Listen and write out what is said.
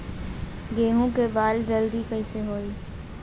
गेहूँ के बाल जल्दी कईसे होई?